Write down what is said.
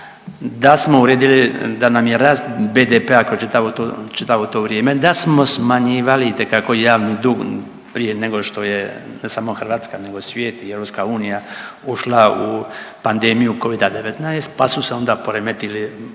da smo uredili da nam je rast BDP-a kroz čitavo tu, čitavo to vrijeme, da smo smanjivali itekako javni dug prije nego što je, ne samo Hrvatska, nego i svijet i EU ušla u pandemiju Covida-19, pa su se onda poremetili